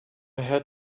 had